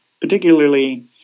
particularly